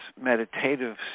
meditative